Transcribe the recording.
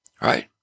right